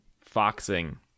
Foxing